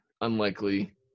unlikely